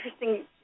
interesting